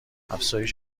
افزایش